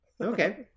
Okay